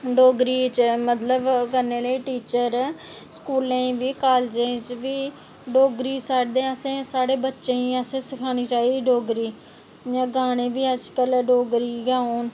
डोगरी च मतलब ओह् करने लेई मतलब टीचर स्कूलें ई बी कॉलेज़ें बी डोगरी साढ़ी साढ़े बच्चें गी सखानी चाहिदी डोगरी ते इंया गाने बी भला डोगरी गै औन